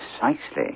Precisely